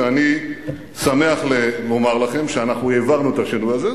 ואני שמח לומר לכם שאנחנו העברנו את השינוי הזה.